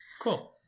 Cool